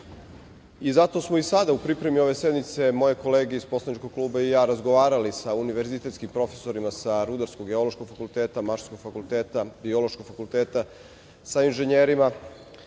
Zato smo i sada u pripremi ove sednice moje kolege iz poslaničkog kluba i ja razgovarali sa univerzitetskim profesorima sa Rudarsko-geološkog fakulteta, Mašinskog fakulteta, Biološkog fakulteta, sa inženjerima,